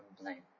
blame